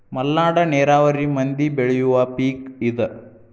ಮಲ್ನಾಡ ನೇರಾವರಿ ಮಂದಿ ಬೆಳಿಯುವ ಪಿಕ್ ಇದ